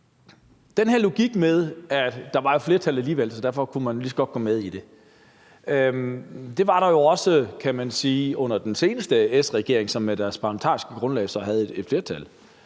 den her logik med, at der alligevel var et flertal, og at derfor kunne man lige så godt gå med i det. Det var der jo også, kan man sige, under den seneste S-regering, som med deres parlamentariske grundlag havde et flertal.